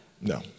No